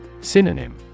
Synonym